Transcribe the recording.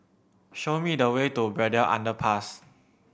show me the way to Braddell Underpass